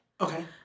Okay